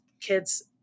kids